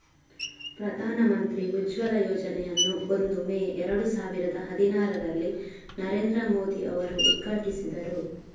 ಪ್ರಧಾನ ಮಂತ್ರಿ ಉಜ್ವಲ ಯೋಜನೆಯನ್ನು ಒಂದು ಮೇ ಏರಡು ಸಾವಿರದ ಹದಿನಾರರಲ್ಲಿ ನರೇಂದ್ರ ಮೋದಿ ಅವರು ಉದ್ಘಾಟಿಸಿದರು